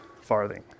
farthing